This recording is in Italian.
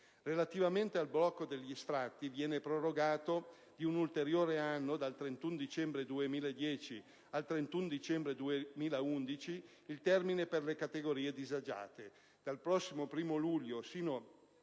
Relativamente al blocco degli sfratti, viene prorogato di un ulteriore anno (dal 31 dicembre 2010 al 31 dicembre 2011) il termine per le categorie disagiate.